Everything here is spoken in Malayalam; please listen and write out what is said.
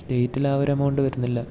സ്റ്റേറ്റിൽ ആ ഒരു എമൌണ്ട് വരുന്നില്ല